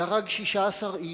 והרג 16 איש,